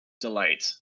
delight